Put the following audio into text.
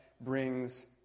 brings